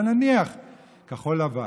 אבל נניח כחול לבן,